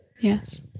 Yes